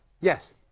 Yes